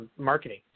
marketing